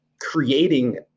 creating